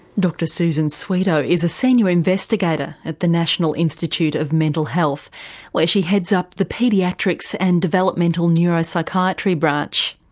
dr susan swedo is a senior investigator at the national institute of mental health where she heads up the paediatrics and developmental neuropsychiatry branch.